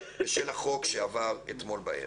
בשל החוק שעבר אתמול בערב.